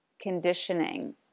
conditioning